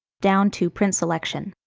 down to print selection.